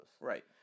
Right